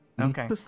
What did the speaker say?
Okay